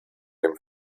dem